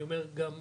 אני אומר גם,